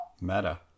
Meta